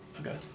Okay